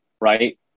Right